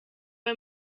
bei